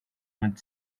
mid